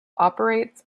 operates